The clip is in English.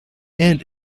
and